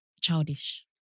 childish